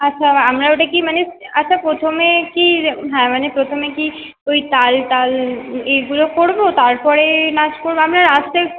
আচ্ছা আর আমরা ওটা কি মানে আচ্ছা প্রথমে কি হ্যাঁ মানে প্রথমে কি ওই তাল টাল এইগুলো করব তারপরে নাচ করব আপনার আসতে